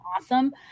awesome